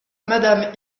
madame